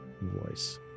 voice